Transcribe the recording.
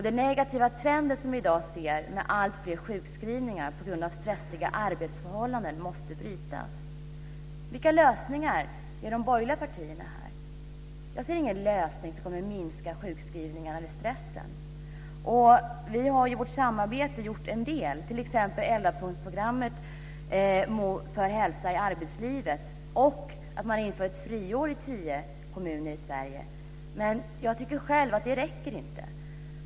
Den negativa trend som vi i dag ser med alltfler sjukskrivningar på grund av stressiga arbetsförhållanden måste brytas. Vilka lösningar ger de borgerliga partierna här? Jag ser ingen lösning som kommer att minska sjukskrivningarna eller stressen. Vi har i vårt samarbete gjort en del, t.ex. elvapunktsprogrammet för hälsa i arbetslivet och att ett friår införs i tio kommuner i Sverige. Men jag tycker själv att det inte räcker.